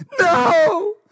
No